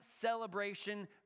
celebration